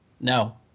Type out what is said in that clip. No